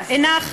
אין כאן טיימר.